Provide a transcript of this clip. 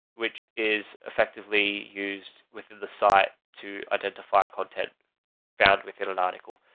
which is effectively used within the site to identify content found within an article.